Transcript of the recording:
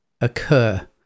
occur